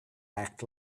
act